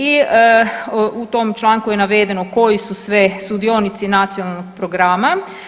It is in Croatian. I u tom članku je navedeno koju su sve sudionici Nacionalnog programa.